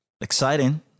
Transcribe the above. Exciting